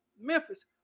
Memphis